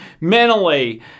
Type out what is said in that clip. mentally